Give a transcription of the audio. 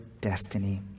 destiny